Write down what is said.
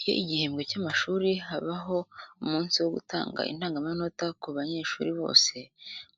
Iyo igihembwe cy'amashuri habaho umunsi wo gutanga indangamanota ku banyeshuri bose.